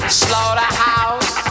slaughterhouse